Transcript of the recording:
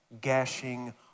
gashing